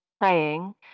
praying